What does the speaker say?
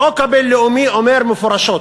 החוק הבין-לאומי אומר מפורשות